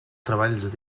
treballs